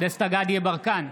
דסטה גדי יברקן,